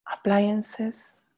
appliances